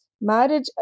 Marriage